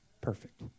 Perfect